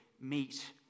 meet